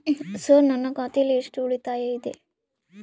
Sir ನನ್ನ ಖಾತೆಯಲ್ಲಿ ಎಷ್ಟು ಉಳಿತಾಯ ಇದೆ?